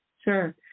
Sure